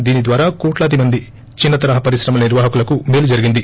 దీని ద్యారా కోట్లాది మంది చిన్న తరహా పరిశ్రమల నిర్వాహకులకు మేలుజరిగింది